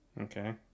okay